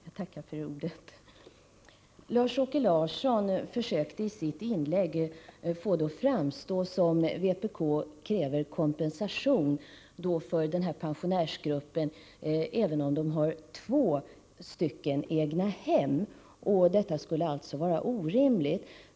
Herr talman! Lars-Åke Larsson försökte i sitt inlägg få det att framstå så att vpk kräver kompensation för även de pensionärer som har två egnahem, vilket alltså skulle vara orimligt.